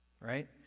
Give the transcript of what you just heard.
right